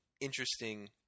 interesting –